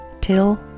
till